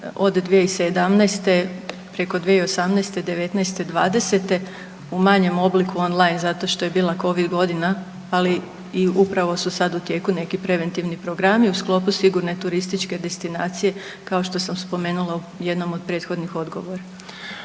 od 2017. preko 2018., 2019., 2020., u manjem obliku online zato što je bila COVID godina ali i upravo su sad u tijeku neki preventivni programi u sklopu sigurne turističke destinacije kao što sam spomenula u jednom od prethodnih odgovora.